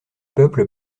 peuple